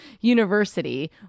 University